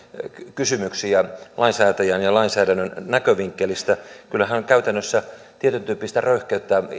kysymyksiä lainsäätäjän ja lainsäädännön näkövinkkelistä kyllähän käytännössä tietyntyyppistä röyhkeyttä